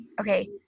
Okay